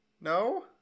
No